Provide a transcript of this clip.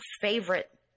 favorite